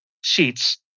Sheets